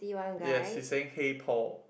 yes he's saying hey Paul